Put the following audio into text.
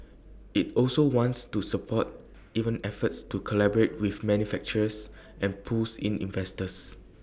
IT also wants to support even efforts to collaborate with manufacturers and pulls in investors